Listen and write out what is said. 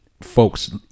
folks